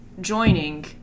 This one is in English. joining